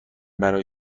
برای